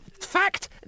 fact